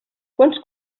quants